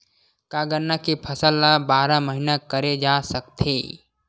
का गन्ना के फसल ल बारह महीन करे जा सकथे?